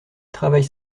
travaille